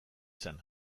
zen